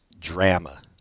Drama